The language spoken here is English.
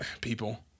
People